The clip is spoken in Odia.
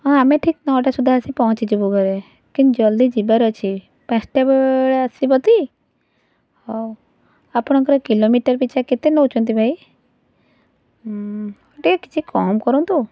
ହଁ ଆମେ ଠିକ୍ ନଅଟା ସୁଦ୍ଧା ଆସି ପହଞ୍ଚିଯିବୁ ଘରେ କିନ୍ତୁ ଜଲଦି ଯିବାର ଅଛି ପାଞ୍ଚଟା ବେଳେ ଆସିବ ଟି ହଉ ଆପଣଙ୍କର କିଲୋମିଟର୍ ପିଛା କେତେ ନେଉଛନ୍ତି ଭାଇ ଟିକିଏ କିଛି କମ୍ କରନ୍ତୁ